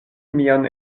mian